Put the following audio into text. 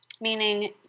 Meaning